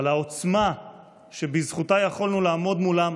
אבל העוצמה שבזכותה יכולנו לעמוד מולם,